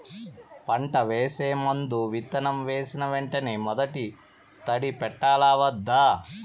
పంట వేసే ముందు, విత్తనం వేసిన వెంటనే మొదటి తడి పెట్టాలా వద్దా?